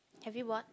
have you bought